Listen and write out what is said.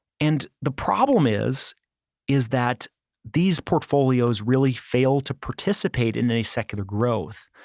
and the problem is is that these portfolios really fail to participate in any secular growth.